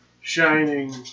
shining